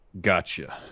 Gotcha